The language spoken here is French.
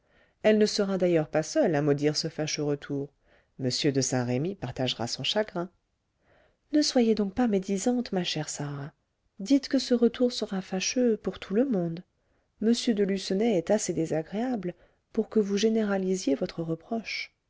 elle ne sera d'ailleurs pas seule à maudire ce fâcheux retour m de saint-remy partagera son chagrin ne soyez donc pas médisante ma chère sarah dites que ce retour sera fâcheux pour tout le monde m de lucenay est assez désagréable pour que vous généralisiez votre reproche